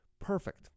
Perfect